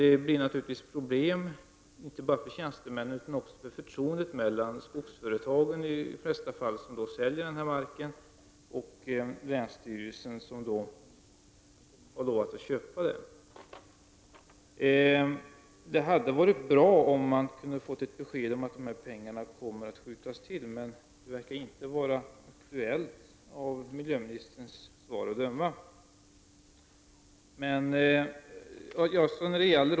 Det leder givetvis till problem, inte bara för tjänstemännen utan också när det gäller förtroendet mellan skogsföretagen, som i de flesta fall säljer denna mark, och länsstyrelsen, som har lovat att köpa den. Det hade varit bra om vi hade kunnat få ett besked om att pengarna kommer att skjutas till, men det verkar inte vara aktuellt av miljöministerns svar att döma.